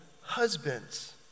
husbands